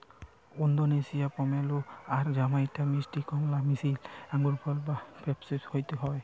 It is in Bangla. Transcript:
ওন্দোনেশিয়ার পমেলো আর জামাইকার মিষ্টি কমলা মিশিকি আঙ্গুরফল বা গ্রেপফ্রূট তইরি হয়